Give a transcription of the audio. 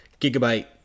Gigabyte